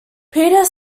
peter